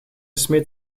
smeet